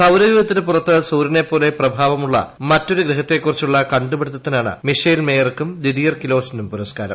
സൌരയൂഥത്തിന് പുറത്ത് സൂര്യനെപ്പോലെ പ്രഭാവമുള്ള മറ്റൊരു ഗ്രഹത്തെക്കുറിച്ചുള്ള കണ്ടുപിടിത്തത്തിനാണ് മിഷേൽ മേയർക്കും ദ്വിദിയർ ക്വിലോസിനും പുരസ്കാരം